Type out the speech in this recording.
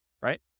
right